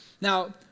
Now